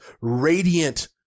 radiant